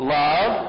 love